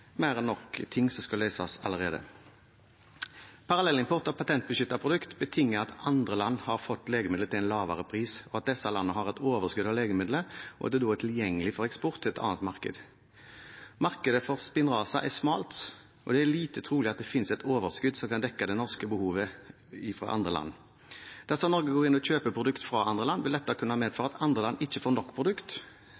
mer enn nok av ting som skal løses. Parallellimport av patentbeskyttede produkter betinger at andre land har fått legemiddelet til en lavere pris, at disse landene har et overskudd av legemiddelet, og at det er tilgjengelig for eksport til et annet marked. Markedet for Spinraza er smalt, og det er lite trolig at det finnes et overskudd som kan dekke det norske behovet, i andre land. Dersom Norge går inn og kjøper produkter fra andre land, vil dette kunne